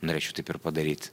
norėčiau taip ir padaryt